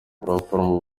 abaforomo